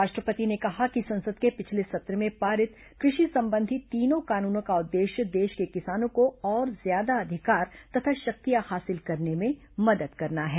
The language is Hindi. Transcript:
राष्ट्रपति ने कहा कि संसद के पिछले सत्र में पारित कृषि संबंधी तीनों कानूनों का उद्देश्य देश के किसानों को और ज्यादा अधिकार तथा शक्तियां हासिल करने में मदद करना है